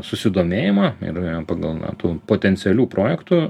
susidomėjimą ir pagal na tų potencialių projektų